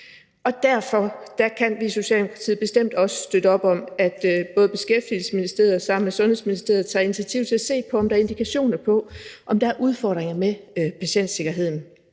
Og derfor kan vi i Socialdemokratiet bestemt også støtte op om, at Beskæftigelsesministeriet sammen med Sundhedsministeriet tager initiativ til at se på, om der er indikationer på, at der er udfordringer med patientsikkerheden.